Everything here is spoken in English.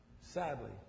Sadly